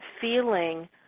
feeling